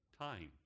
time